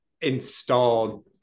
installed